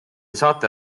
saate